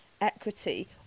equity